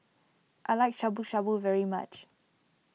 I like Shabu Shabu very much